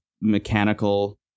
mechanical